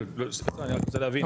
סליחה אני רוצה להבין,